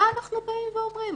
מה אנחנו באים ואומרים?